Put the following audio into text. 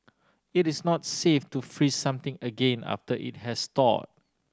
it is not safe to freeze something again after it has thawed